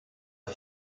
est